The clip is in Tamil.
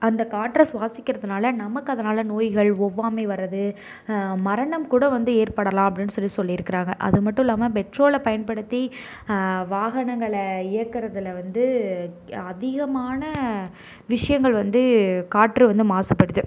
அந்த காற்றை சுவாசிக்கிறதுனால் நமக்கு அதனால் நோய்கள் ஒவ்வாமை வருது மரணம் கூட வந்து ஏற்படலாம் அப்படின்னு சொல்லி சொல்லியிருக்கிறாங்க அது மட்டும் இல்லாமல் பெட்ரோலை பயன்படுத்தி வாகனங்களை இயக்குறதில் வந்து அதிகமான விஷயங்கள் வந்து காற்று வந்து மாசுபடுது